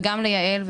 וגם ליעל,